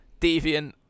deviant